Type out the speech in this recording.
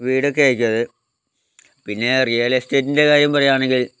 വീടൊക്കെയായിരിക്കുമത് പിന്നേ റിയൽ എസ്റ്റേറ്റിൻ്റെ കാര്യം പറയുകയാണെങ്കിൽ